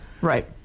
Right